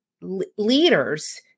leaders